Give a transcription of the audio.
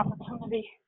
opportunity